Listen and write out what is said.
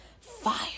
fire